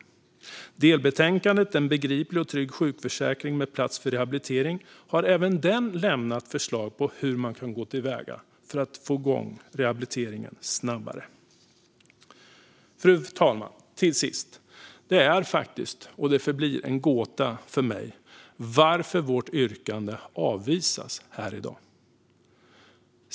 Även i delbetänkandet En begriplig och trygg sjukförsäkring med plats för rehabilitering har det lämnats förslag på hur man kan gå till väga för att få igång rehabiliteringen snabbare. Fru talman! Det är och förblir en gåta för mig varför vårt yrkande avvisas här i dag.